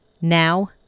Now